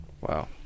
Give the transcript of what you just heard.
Wow